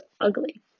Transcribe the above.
ugly